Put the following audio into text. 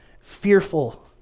Fearful